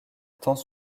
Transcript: temps